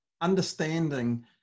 understanding